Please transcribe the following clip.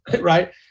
Right